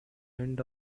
end